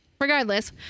Regardless